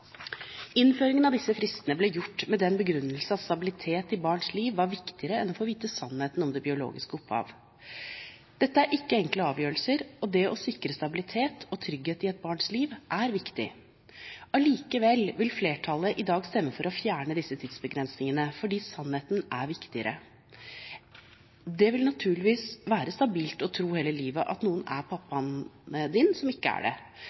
Innføringen av disse fristene ble gjort med den begrunnelse at stabilitet i barns liv var viktigere enn å få vite sannheten om det biologiske opphav. Dette er ikke enkle avgjørelser, og det å sikre stabilitet og trygghet i et barns liv er viktig. Allikevel vil flertallet i dag stemme for å fjerne disse tidsbegrensningene, fordi sannheten er viktigere. Det vil naturligvis være stabilt å tro hele livet at noen er pappaen din, som ikke er det,